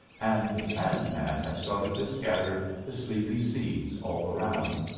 and the sandman had started to scatter the sleepy-seeds all around.